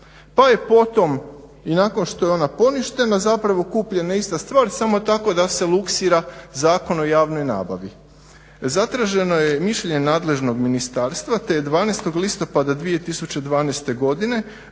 pa je potom i nakon što je ona poništena zapravo kupljena ista star samo tako da se luksira Zakon o javnoj nabavi. Zatraženo je mišljenje nadležnog ministarstva te je 12. listopada 2012. godine